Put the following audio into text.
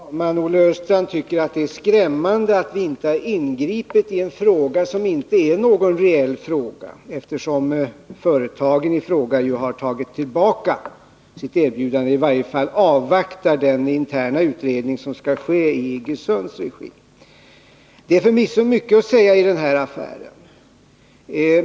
Herr talman! Olle Östrand tycker att det är skrämmande att vi inte ingripit i en fråga som inte är någon reell fråga, eftersom företagen ju har tagit tillbaka sitt erbjudande eller i varje fall avvaktar den interna utredning som skall ske i Iggesunds regi. Det är förvisso mycket att säga i den här affären.